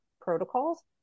protocols